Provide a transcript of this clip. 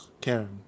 Karen